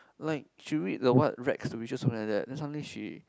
like she read the what Rags to riches something like that then suddenly she